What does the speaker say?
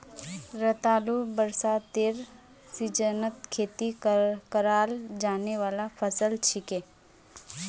रतालू बरसातेर सीजनत खेती कराल जाने वाला फसल छिके